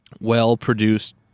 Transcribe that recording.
well-produced